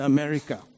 America